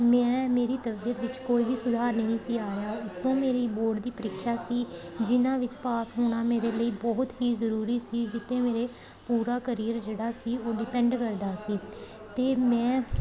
ਮੈਂ ਮੇਰੀ ਤਬੀਅਤ ਵਿੱਚ ਕੋਈ ਵੀ ਸੁਧਾਰ ਨਹੀਂ ਸੀ ਆ ਰਿਹਾ ਉੱਤੋਂ ਮੇਰੀ ਬੋਰਡ ਦੀ ਪ੍ਰੀਖਿਆ ਸੀ ਜਿਹਨਾਂ ਵਿੱਚ ਪਾਸ ਹੋਣਾ ਮੇਰੇ ਲਈ ਬਹੁਤ ਹੀ ਜ਼ਰੂਰੀ ਸੀ ਜਿੱਥੇ ਮੇਰੇ ਪੂਰਾ ਕਰੀਅਰ ਜਿਹੜਾ ਸੀ ਉਹ ਡਿਪੈਂਡ ਕਰਦਾ ਸੀ ਅਤੇ ਮੈਂ